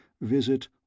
visit